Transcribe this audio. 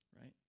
right